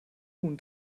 huhn